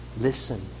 Listen